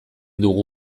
dugu